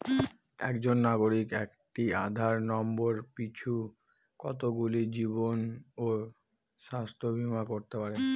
একজন নাগরিক একটি আধার নম্বর পিছু কতগুলি জীবন ও স্বাস্থ্য বীমা করতে পারে?